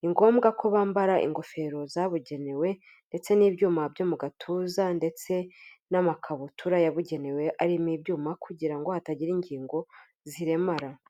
ni ngombwa ko bambara ingofero zabugenewe ndetse n'ibyuma byo mu gatuza ndetse n'amakabutura yabugenewe arimo ibyuma kugira ngo hatagira ingingo ziremara.